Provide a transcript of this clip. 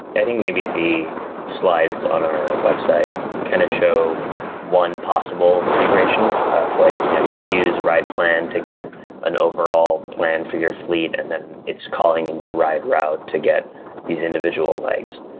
i think maybe the slides on our website kind of show one possible integration of like, you know you use a ride plan to get an overall plan for your fleet, and then it's calling in to ride route to get these individual legs.